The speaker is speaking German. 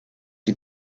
sie